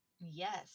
Yes